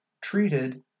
treated